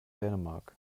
dänemark